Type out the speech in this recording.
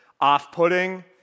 off-putting